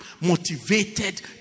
motivated